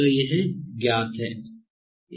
तो यह ज्ञात है